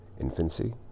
infancy